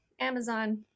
amazon